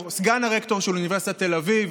סגן הרקטור של אוניברסיטת תל אביב